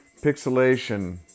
Pixelation